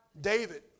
David